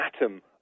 atom